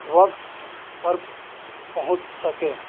وقت پر پہنچ سکیں